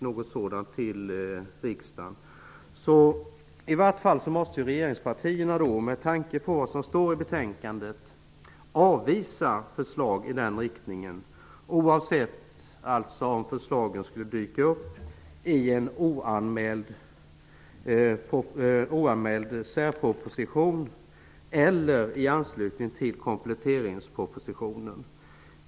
Några sådana förslag är ju inte heller anmälda till riksdagen. Med tanke på vad som står i betänkandet måste regeringspartierna avvisa eventuella förslag i en sådan riktning, oavsett om förslagen skulle dyka upp i en oanmäld särproposition eller i anslutning till kompletteringspropositionen.